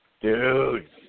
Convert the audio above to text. Dude